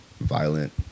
violent